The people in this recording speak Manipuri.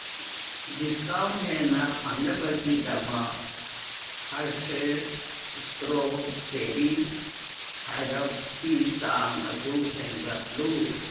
ꯗꯤꯁꯀꯥꯎꯟ ꯍꯦꯟꯅ ꯐꯪꯅꯕꯒꯤꯗꯃꯛ ꯍꯔꯁꯦ ꯏꯁꯇ꯭ꯔꯣꯕꯦꯔꯤ ꯁꯥꯏꯔꯞꯀꯤ ꯆꯥꯡ ꯑꯗꯨ ꯍꯦꯟꯒꯠꯂꯨ